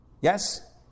Yes